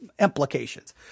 implications